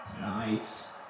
Nice